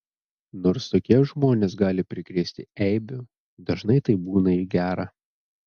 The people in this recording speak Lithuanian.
nors tokie žmonės gali prikrėsti eibių dažnai tai būna į gera